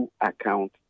account